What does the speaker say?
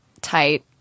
tight